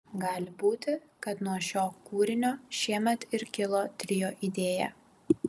gali būti kad nuo šio kūrinio šiemet ir kilo trio idėja